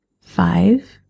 five